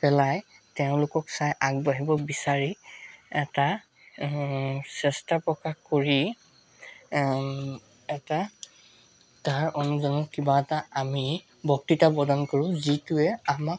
পেলাই তেওঁলোকক চাই আগবাঢ়িব বিচাৰি এটা চেষ্টা প্ৰকাশ কৰি এটা তাৰ অনুযায়ী কিবা এটা আমি বক্তৃতা প্ৰদান কৰোঁ যিটোৱে আমাক